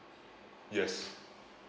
yes